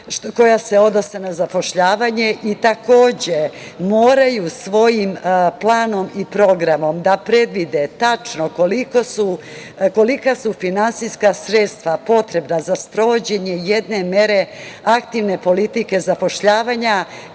koja se odnose na zapošljavanje i takođe moraju svojim planom i programom da predvide tačno kolika su finansijska sredstva potrebna za sprovođenje jedne mere aktivne politike zapošljavanja,